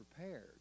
prepared